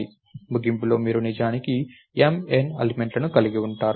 ముగింపులో మీరు నిజానికి M N ఎలిమెంట్లను కలిగి ఉన్నారు